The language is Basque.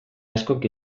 askok